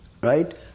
right